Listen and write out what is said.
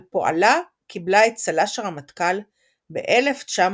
על פועלה קיבלה את צל"ש הרמטכ"ל ב-1976.